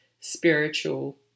spiritual